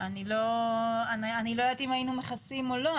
אני לא יודעת אם היינו מכסים או לא.